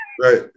Right